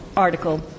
article